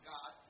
God